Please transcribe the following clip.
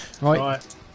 Right